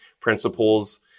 principles